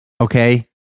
Okay